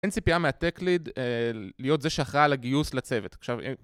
אין ציפייה מה tech-lead להיות זה שאחראי על הגיוס לצוות.